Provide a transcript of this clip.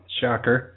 shocker